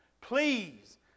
please